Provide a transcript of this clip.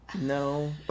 No